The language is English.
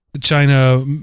China